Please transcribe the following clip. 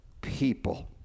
people